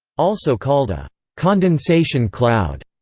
also called a condensation cloud,